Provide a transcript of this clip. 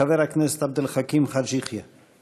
חבר הכנסת עבד אל חכים חאג' יחיא.